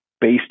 based